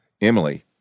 Emily